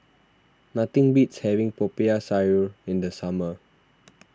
nothing beats having Popiah Sayur in the summer